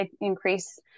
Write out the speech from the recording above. Increase